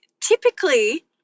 typically